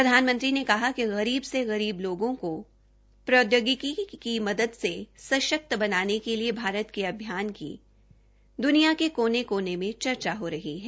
प्रधानमंत्री ने कहा कि गरीब से गरीब लोगों को प्रौद्योगिकी की मदद से सशक्त बनाने के लिए भारत भारत के अभियान की दुनिया के कोने कोने चर्चा हो रही है